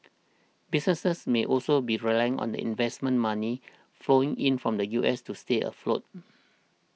businesses may also be relying on the investment money flowing in from the U S to stay afloat